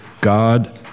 God